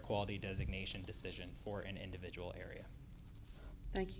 quality designation decision for an individual area thank you